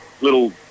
little